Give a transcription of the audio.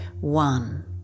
One